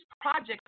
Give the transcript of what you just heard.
projects